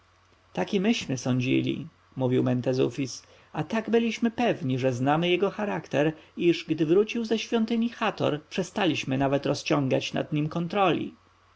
myśmy sądzili mówił mentezufis a tak byliśmy pewni że znamy jego charakter iż gdy wrócił ze świątyni hator przestaliśmy nawet rozciągać nad nim kontroli